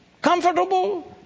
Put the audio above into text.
comfortable